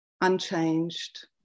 unchanged